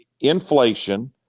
inflation